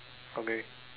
okay